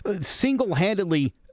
single-handedly